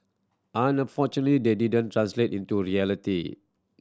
unfortunately they didn't translate into reality